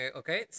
okay